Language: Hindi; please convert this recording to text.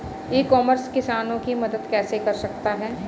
ई कॉमर्स किसानों की मदद कैसे कर सकता है?